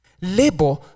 Labor